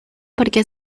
porque